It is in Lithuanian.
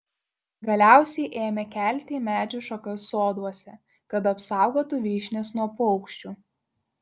galiausiai ėmė kelti į medžių šakas soduose kad apsaugotų vyšnias nuo paukščių